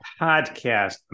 podcast